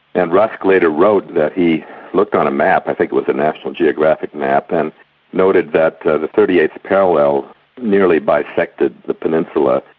and rusk later wrote that he looked on a map, i think it was the national geographic map, and noted that the thirty eighth parallel nearly bisected the peninsula,